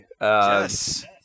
Yes